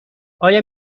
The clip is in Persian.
آیا